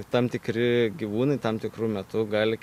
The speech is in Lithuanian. tam tikri gyvūnai tam tikru metu gali